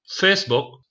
Facebook